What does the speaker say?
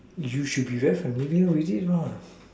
you should be very familiar with it what